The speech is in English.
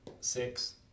Six